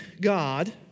God